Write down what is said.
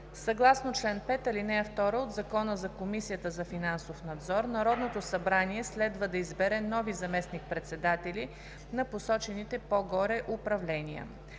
Съгласно чл. 5, ал. 2 от Закона за Комисията за финансов надзор Народното събрание следва да избере нови заместник-председатели на посочените по-горе управления.